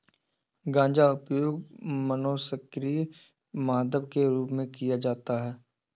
गांजा उपयोग मनोसक्रिय मादक के रूप में किया जाता है